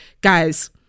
Guys